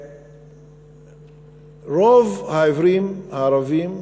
ורוב העיוורים הערבים,